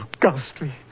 ghastly